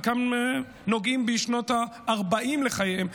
חלקם נוגעים בשנות הארבעים לחייהם,